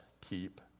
keep